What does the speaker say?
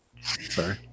Sorry